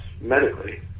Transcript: medically